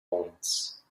wants